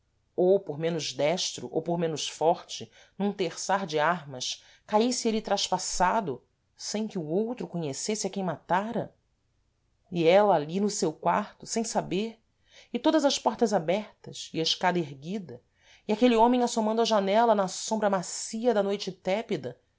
ou por menos destro ou por menos forte num terçar de armas caísse êle traspassado sem que o outro conhecesse a quem matara e ela ali no seu quarto sem saber e todas as portas abertas e a escada erguida e aquele homem assomando à janela na sombra macia da noite tépida